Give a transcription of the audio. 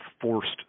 forced